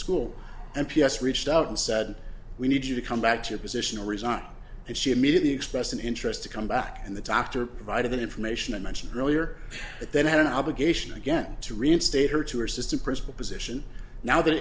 school m p s reached out and said we need you to come back to your position resign and she immediately expressed an interest to come back and the doctor provided the information and mentioned earlier then had an obligation again to reinstate her to her system principal position now th